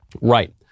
Right